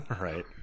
right